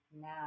now